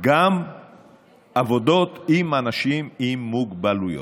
גם עבודות עם אנשים עם מוגבלויות.